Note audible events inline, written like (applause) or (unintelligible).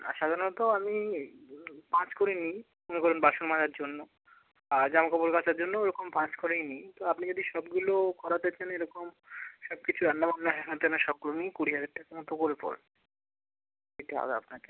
আর সাধারণত আমি (unintelligible) পাঁচ করে নিই মানে ধরুন বাসন মাজার জন্য আর জামাকাপড় কাচার জন্যও ওরকম পাঁচ করেই নিই তো আপনি যদি সবগুলো করাতে চান এরকম সব কিছু রান্না বান্না হ্যানা ত্যানা সব করে নিই কুড়ি হাজার টাকা মতো করে পড়ে এটা আর আপনাকে